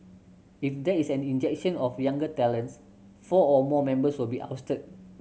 if there is an injection of younger talents four or more members will be ousted